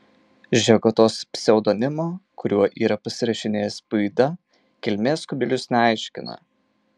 žegotos pseudonimo kuriuo yra pasirašinėjęs puida kilmės kubilius neaiškina